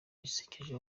zisekeje